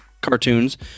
cartoons